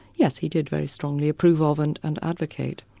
yes, he did very strongly approve of, and and advocate.